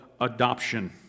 adoption